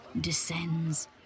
descends